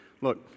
Look